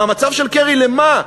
מאמציו של קרי למה?